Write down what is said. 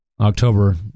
October